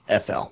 FL